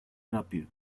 rápido